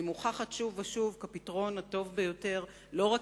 והיא מוכחת שוב ושוב כפתרון הטוב ביותר לא רק